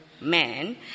man